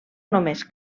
només